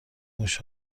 موش